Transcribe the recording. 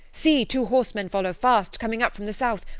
see, two horsemen follow fast, coming up from the south.